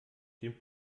den